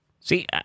See